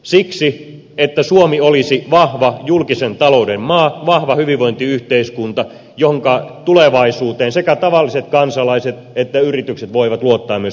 siksi että suomi olisi vahva julkisen talouden maa vahva hyvinvointiyhteiskunta jonka tulevaisuuteen sekä tavalliset kansalaiset että yritykset voivat luottaa myös jatkossa